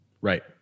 Right